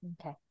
Okay